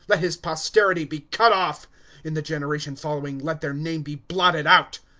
let his posterity be cut off in the generation following let their name be blotted out,